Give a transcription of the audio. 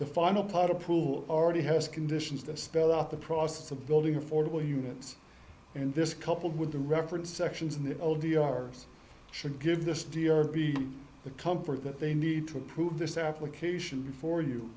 the final part of poole already has conditions that spelled out the process of building affordable units and this coupled with the referenced sections in the old d r s should give this deal the comfort that they need to approve this application for you